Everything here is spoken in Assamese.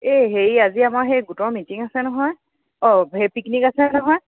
এই হেৰি আজি আমাৰ সেই গোটৰ মিটিং আছে নহয় অঁ হে পিকনিক আছে নহয়